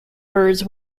birds